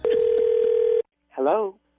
Hello